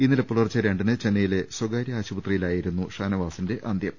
ഇന്നലെ പുലർച്ചെ രണ്ടിന് ചെന്നൈയിലെ സ്ഥകാര്യ ആശുപത്രിയിലായിരുന്നു ഷാനവാസിൻെറ അന്ത്യം